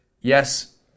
yes